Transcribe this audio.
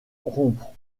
rompre